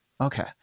Okay